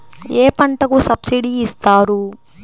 ఏ పంటకు సబ్సిడీ ఇస్తారు?